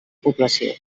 població